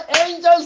angels